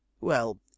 Well